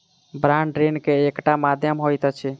bond ऋण के एकटा माध्यम होइत अछि